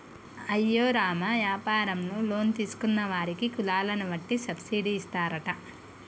అయ్యో రామ యాపారంలో లోన్ తీసుకున్న వారికి కులాలను వట్టి సబ్బిడి ఇస్తారట